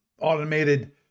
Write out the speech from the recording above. automated